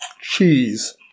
cheese